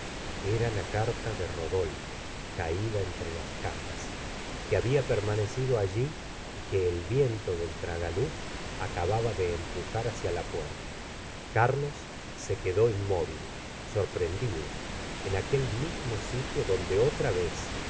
era la carta de rodolfo caída entre las cnjas que había permanecido allí y que el viento del tragaluz acababa de empujar hacia la puerta carlos se quedó inmóvil sorprendido en aquel mismo sitio donde otra vez